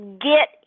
get